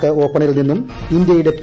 Denmark ഓപ്പണിൽ നിന്നും ഇന്ത്യയുടെ പി